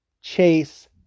chase